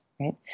Right